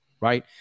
right